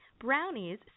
brownies